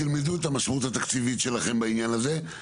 תלמדו את המשמעות התקציבית שלכם בעניין הזה.